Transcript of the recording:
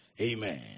Amen